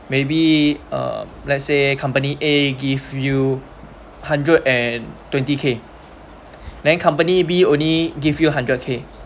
maybe uh let's say a company A give you hundred and twenty K then company B only give you hundred K